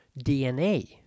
DNA